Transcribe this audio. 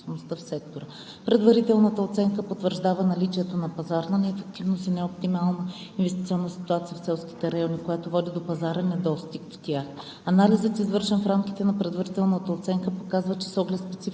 в сектора. Предварителната оценка потвърждава наличието на пазарна неефективност и неоптимална инвестиционна ситуация в селските райони, която води до пазарен недостиг в тях. Анализът, извършен в рамките на предварителната оценка, показва, че с оглед спецификите